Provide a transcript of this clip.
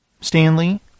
Stanley